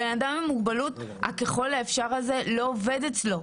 בן אדם עם מוגבלות, ה-ככל האפשר הזה לא עובד אצלו.